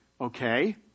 Okay